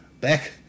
back